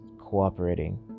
cooperating